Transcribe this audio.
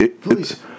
Please